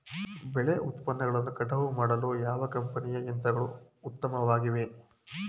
ಬೆಳೆ ಉತ್ಪನ್ನಗಳನ್ನು ಕಟಾವು ಮಾಡಲು ಯಾವ ಕಂಪನಿಯ ಯಂತ್ರಗಳು ಉತ್ತಮವಾಗಿವೆ?